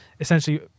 essentially